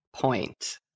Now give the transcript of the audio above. point